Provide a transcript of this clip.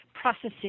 processing